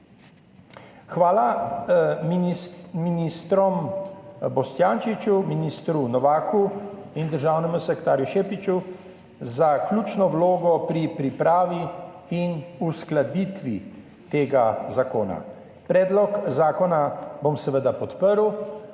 Hvala ministru Boštjančiču, ministru Novaku in državnemu sekretarju Šeficu za ključno vlogo pri pripravi in uskladitvi tega zakona. Predlog zakona bom seveda podprl,